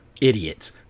idiots